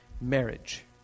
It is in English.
marriage